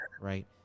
right